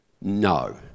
No